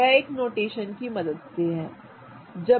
तो यह एक नोटेशन की मदद से है